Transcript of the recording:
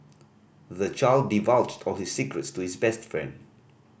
the child divulged all his secrets to his best friend